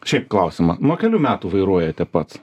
šiaip klausimą nuo kelių metų vairuojate pats